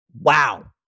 wow